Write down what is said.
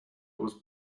was